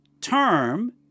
term